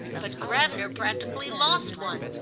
but gravener practically lost one.